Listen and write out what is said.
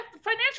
Financial